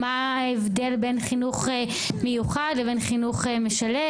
מה ההבדל בין חינוך מיוחד לבין חינוך משלב,